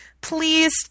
Please